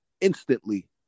instantly